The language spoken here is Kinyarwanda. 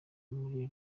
muri